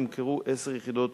נמכרו עשר יחידות